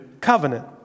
covenant